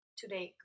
today